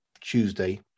Tuesday